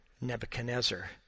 Nebuchadnezzar